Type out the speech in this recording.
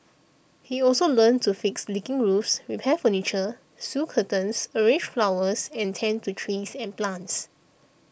he also learnt to fix leaking roofs repair furniture sew curtains arrange flowers and tend to trees and plants